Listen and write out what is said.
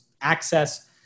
access